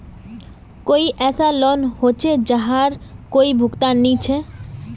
कोई ऐसा लोन होचे जहार कोई भुगतान नी छे?